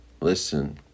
Listen